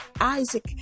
Isaac